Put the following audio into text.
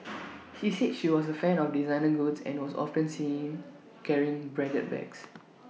he said she was A fan of designer goods and was often seen carrying branded bags